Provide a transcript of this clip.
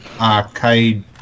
arcade